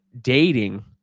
dating